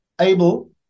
able